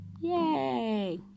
yay